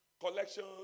collection